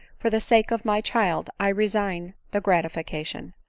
for the sake of my child i resign the gratification.